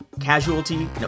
casualty